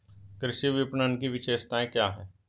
कृषि विपणन की विशेषताएं क्या हैं?